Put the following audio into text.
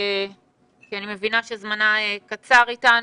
כי אני מבינה שזמנה קצר איתנו.